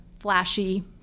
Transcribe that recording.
Flashy